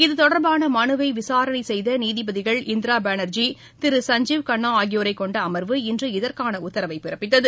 இது தொடர்பான மனுவினை விசாரணை செய்த நீதிபதிகள் இந்திரா பானர்ஜி திரு சஞ்சீவ் கன்னா ஆகியோரைக் கொண்ட அமர்வு இன்று இதற்கான உத்தரவை பிறப்பித்தது